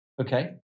Okay